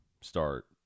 start